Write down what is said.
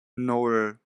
nan